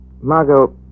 Margot